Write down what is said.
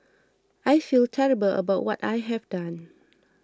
I feel terrible about what I have done